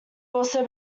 also